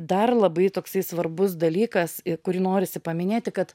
dar labai toksai svarbus dalykas kurį norisi paminėti kad